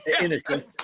Innocent